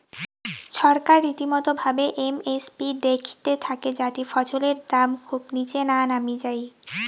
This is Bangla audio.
ছরকার রীতিমতো ভাবে এম এস পি দেইখতে থাকে যাতি ফছলের দাম খুব নিচে না নামি যাই